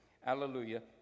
Hallelujah